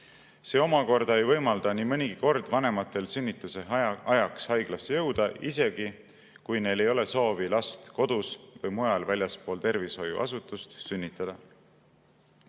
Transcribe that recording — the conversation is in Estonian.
See omakorda ei võimalda nii mõnigi kord vanematel sünnituse ajaks haiglasse jõuda, isegi kui neil ei ole soovi last kodus või mujal väljaspool tervishoiuasutust sünnitada.